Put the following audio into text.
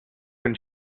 when